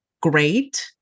great